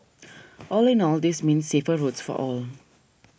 all in all this means safer roads for all